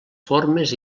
formes